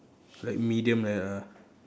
like medium like that lah